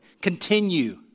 Continue